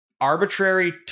arbitrary